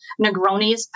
Negronis